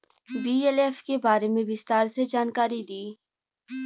BLF के बारे में विस्तार से जानकारी दी?